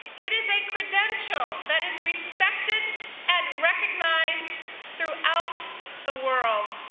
it is a credential that is respected and recognized throughout the world.